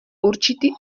určitý